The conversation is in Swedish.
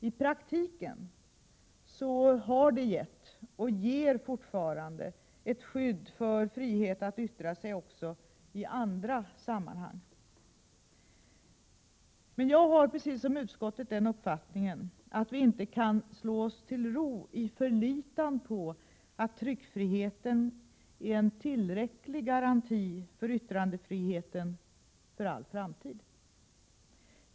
I praktiken har den gett och ger fortfarande 18 maj 1988 ett skydd för yttrandefriheten också i andra sammanhang. Men jag har precis som utskottet den uppfattningen att vi inte kan slå oss till ro i förlitan på att tryckfriheten är en tillräcklig garanti för yttrandefriheten för all framtid.